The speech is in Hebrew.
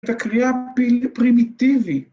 ‫את הקריאה פרימיטיבי.